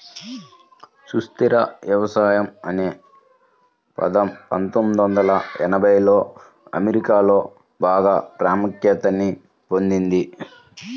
సుస్థిర వ్యవసాయం అనే పదం పందొమ్మిది వందల ఎనభైలలో అమెరికాలో బాగా ప్రాముఖ్యాన్ని పొందింది